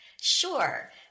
Sure